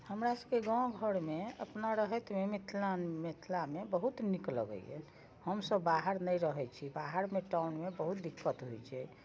हमरा सबके गाँव घरमे अपना रहैतमे मिथिला मिथिलामे बहुत नीक लगैया हमसब बाहर नहि रहैत छी बाहरमे टाउनमे बहुत दिक्कत होइत छै